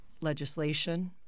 legislation